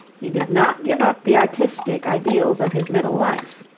he did not give up the artistic ideals of his middle life.